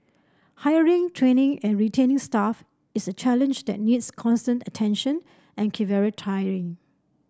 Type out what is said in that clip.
hiring training and retaining staff is a challenge that needs constant attention and can very